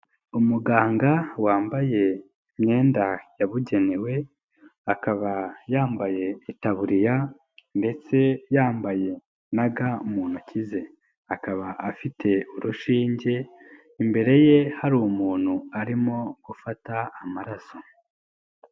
Umuganga wambaye imyenda yabugenewe, akaba yambaye itaburiya ndetse yambaye na ga mu ntoki ze, akaba afite urushinge imbere ye, hari umuntu arimo gufata amaraso.